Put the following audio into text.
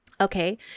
Okay